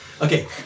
Okay